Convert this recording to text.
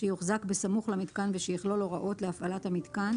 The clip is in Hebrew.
שיוחזק בסמוך למיתקן ושיכלול הוראות להפעלת המיתקן